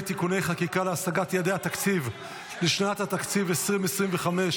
(תיקוני חקיקה להשגת יעדי התקציב לשנת התקציב 2025)